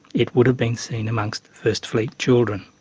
it would have been seen amongst first fleet children.